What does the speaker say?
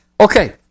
okay